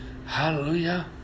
Hallelujah